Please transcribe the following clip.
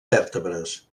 vèrtebres